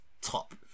top